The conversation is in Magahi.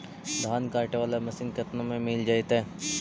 धान काटे वाला मशीन केतना में मिल जैतै?